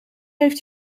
heeft